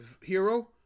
hero